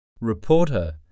Reporter